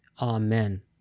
Amen